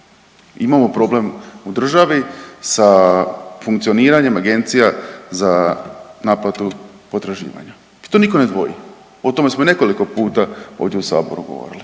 imamo problem u državi sa funkcioniranjem Agencija za naplatu potraživanja i to niko ne dvoji, o tome smo nekoliko puta ovdje u saboru govorili,